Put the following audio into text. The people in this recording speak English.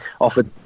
offered